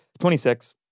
26